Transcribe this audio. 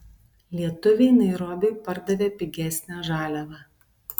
lietuviai nairobiui pardavė pigesnę žaliavą